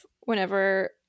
whenever –